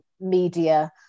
media